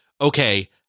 okay